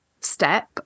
step